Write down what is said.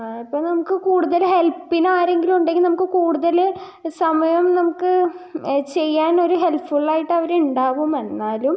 ഇപ്പം നമുക്ക് കൂടുതൽ ഹെൽപ്പിനാരെങ്കിലുവുണ്ടെങ്കിൽ നമുക്ക് കൂടുതൽ സമയം നമുക്ക് ചെയ്യാനൊരു ഹെൽഫുള്ളായിട്ടവരുണ്ടാവും എന്നാലും